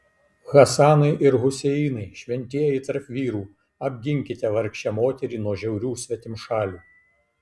hasanai ir huseinai šventieji tarp vyrų apginkite vargšę moterį nuo žiaurių svetimšalių